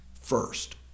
first